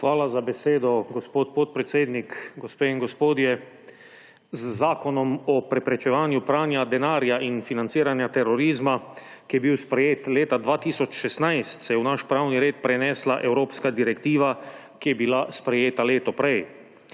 Hvala za besedo, gospod podpredsednik. Gospe in gospodje! Z Zakonom o preprečevanju pranja denarja in financiranja terorizma, ki je bil sprejet leta 2016 se je v naš pravni red prenesla evropska direktiva, ki je bila sprejeta leto prej.